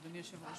אדוני היושב-ראש,